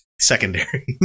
Secondary